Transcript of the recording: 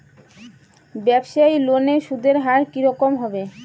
ব্যবসায়ী লোনে সুদের হার কি রকম হবে?